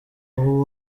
waho